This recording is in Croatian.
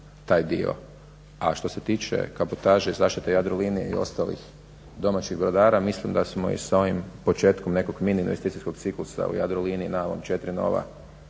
A što se tiče kabotaže i zaštite Jadrolinije i ostalih domaćih brodara mislim da smo i sa ovim početkom nekog mini investicijskog ciklusa u Jadroliniji na ova